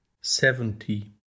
seventy